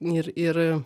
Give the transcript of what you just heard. ir ir